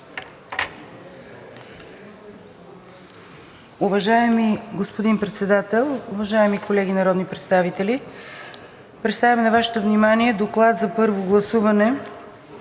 Уважаеми господин Председател, уважаеми колеги народни представители! Представям на Вашето внимание: „ДОКЛАД за първо гласуване